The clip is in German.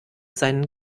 seinen